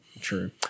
true